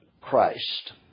Christ